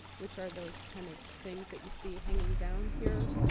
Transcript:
which are those kind of things that you see hanging down here,